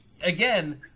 again